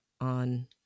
on